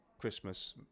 Christmas